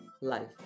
life